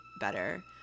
better